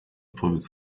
powiedz